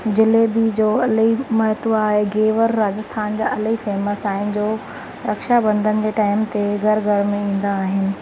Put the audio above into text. जलेबी जो इलाही महत्वु आहे गेवर राजस्थान जा इलाही फेमस आहिनि जो रक्षा बंधन जे टाइम ते घर घर में ईंदा आहिनि